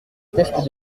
teste